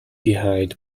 behind